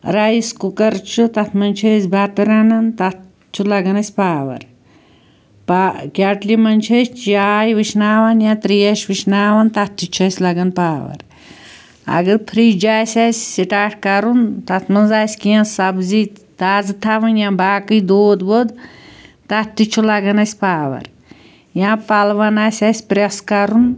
rice cooker چھُ تتھ مَنٛز چھِ أسۍ بَتہٕ رنان تتھ چھُ لگان اسہِ پاوَر پا کیٚٹلہِ مَنٛز چھِ أسۍ چاے وُشناوان یا ترٛیش وُشناوان تتھ تہِ چھُ اسہِ لگان پاوَر اگر فرٛج آسہِ اسہِ سِٹارٹ کَرُن تتھ مَنٛز آسہِ کیٚنٛہہ سبزی تازٕ تھوٕنۍ یا باقٕے دۄدھ وۄدھ تتھ تہِ چھُ لگان اسہِ پاوَر یا پَلوَن آسہِ اسہِ پرٛیٚس کَرُن